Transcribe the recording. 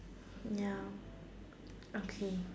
ya okay